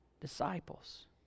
disciples